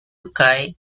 sky